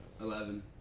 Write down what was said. Eleven